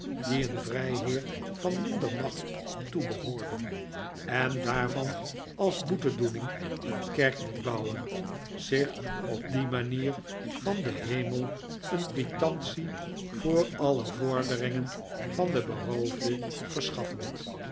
die een vrijheer van minder macht toebehoorden en daarvan als boetedoening een kerk liet bouwen zich op die manier van den hemel een quitantie voor alle vorderingen van den beroofde verschaffend